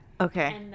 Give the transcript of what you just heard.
Okay